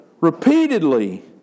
repeatedly